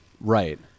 Right